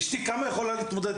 אשתי, עם כמה היא יכולה להתמודד?